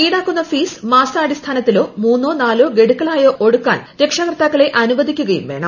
ഈടാക്കുന്ന ഫീസ് മാസാടിസ്ഥാനത്തിലോ മൂന്നോ നാലോ ഗഡു ക്കളായോ ഒടുക്കാൻ രക്ഷാകർത്താക്കളെ അനുവദിക്കുകയും വേണം